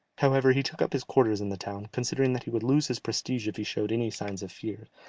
however, he took up his quarters in the town, considering that he would lose his prestige if he showed any signs of fear,